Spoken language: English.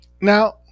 Now